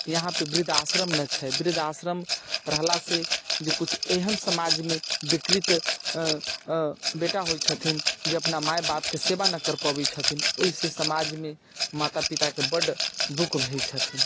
यहाँपे वृद्धाश्रम नहि छै वृद्धश्रम रहलासँ जे कुछ एहन समाजमे विकृत बेटा होइत छथिन जे अपना माय बापके सेवा नहि करि पबैत छथिन ओहिसँ समाजमे माता पिताके बड्ड दुःख भए छथिन